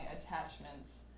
attachments